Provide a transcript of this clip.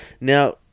Now